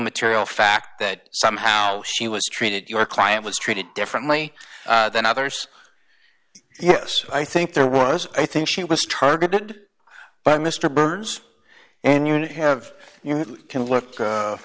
material fact that somehow she was treated your client was treated differently than others yes i think there was i think she was targeted by mr burns and unit have you can look